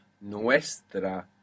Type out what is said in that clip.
Nuestra